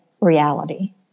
reality